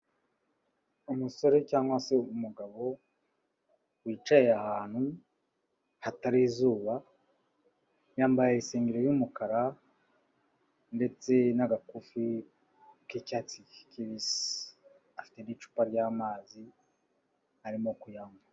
umusore cyangwa se umugabo wicaye ahantu hatari izuba yambayesenge yumukara ndetse n'agakufi k'icyatsi kibisi afite icupa ryamazi arimo kuyanywa